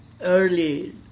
early